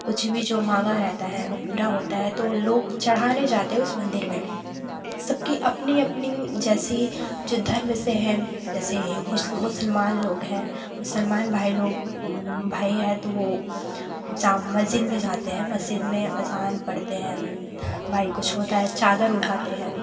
कुछ भी जो माँगा रहता है वह पूरा होता है तो लोग चढ़ाने जाते हैं उस मंदिर में सबकी अपनी अपनी जैसी जो धर्म से है मुसलमान लोग हैं मुसलमान भाई लोग भाई हैं तो वह मस्जिद में जाते हैं मस्जिद में अज़ान पढ़ते हैं भाई कुछ होता है चादर ओढ़ाते हैं